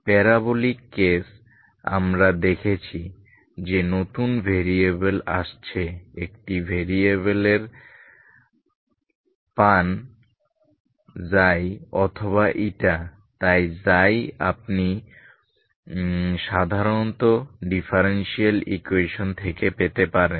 parabolic case আমরা দেখেছি যে নতুন ভেরিয়েবল আসছে একটি ভেরিয়েবল পান ξ অথবা η তাই ξ আপনি সাধারণত ডিফারেনশিএল ইকুয়েশন থেকে পেতে পারেন